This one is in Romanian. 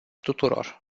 tuturor